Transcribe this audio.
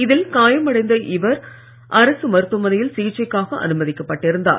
இதல் காயம் அடைந்த அவர் அரசு மருத்துவமனையில் சிகிச்சைக்காக அனுமதிக்க பட்டிருந்தார்